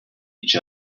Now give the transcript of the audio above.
each